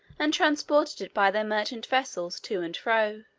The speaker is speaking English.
and transported it by their merchant vessels to and fro.